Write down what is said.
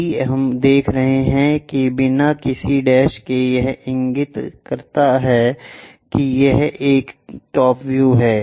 यदि हम दिखा रहे हैं कि बिना किसी डैश के यह इंगित करता है कि यह एक टॉप व्यू है